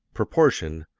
proportion,